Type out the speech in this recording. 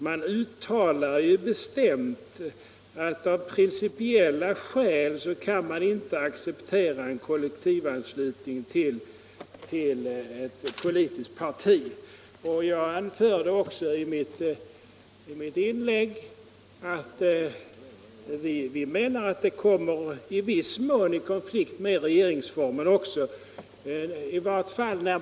Man uttalar ju bestämt att man av principiella skäl inte kan acceptera en kollektivanslutning till ett politiskt parti. Jag sade i mitt inlägg att vi menar att kollektivanslutningen i viss mån också kommer i konflikt med regeringsformens 2 kap. 2 §.